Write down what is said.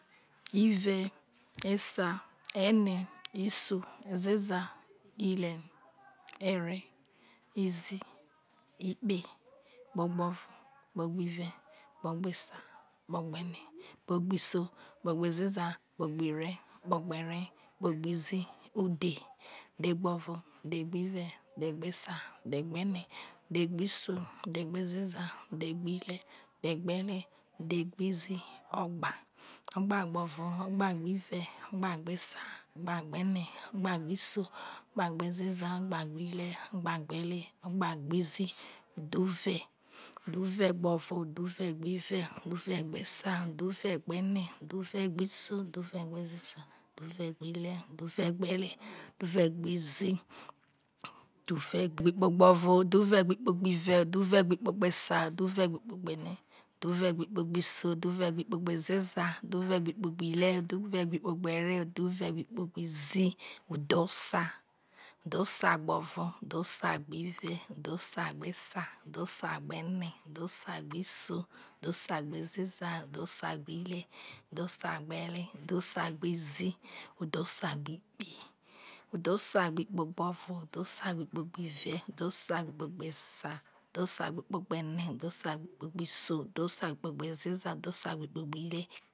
Ive esa eme, ison ezeza ihre eree, izii ikpe gbo o̱vo kpe gbo ive kpe gbo esa kpe gbo ene kpe gbo iso kpe gbo ezeza lane gbo izii udhe dhe gbo ovo dhe gbo̱ ivi dhe gbo esa dhe gbo ene dhe gbo iso dhe ezeza dhe gbo ihre dhe gbo eree dhe gbo izii ogba gbo ovo gba gbo̱ ive gba gbe esa gba gbo̱ ene gba gbe iso gba gbo ezeza gba gbo ihre gba gbo eree gba gbe izii udhu ive udhu ive gbo o̱vo udhu ive gbe ikpe udhu uve̱ gbo ovo udhu ive gbe ikpe gbo ive udhu ivegbe ikpe gbe esa udhu iwe gbe ikpe gbe ene udhe ive gbo ikpe gbe iso udhe ive gbo ikpe gbe ezeza udhe uve gbo ikpe gbe ihre udhe uve gbo ikpe gbe izii udhe ezeza udhe ezeza gbe ovo udhe ezeza gbe ive udhe ezeza gbe esa udhe ezeza gbe ene udhe ezeza gbe iso udhe ezeza gbe ihre